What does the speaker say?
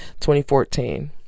2014